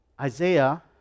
Isaiah